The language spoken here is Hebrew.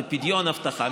זה פדיון אבטחה.